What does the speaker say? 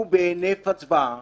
הוא בהינף הצבעה